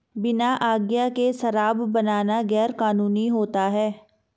बिना आज्ञा के शराब बनाना गैर कानूनी होता है